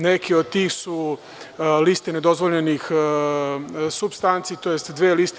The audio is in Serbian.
Neki od tih su liste nedozvoljenih supstanci, tj. dve liste.